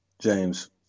James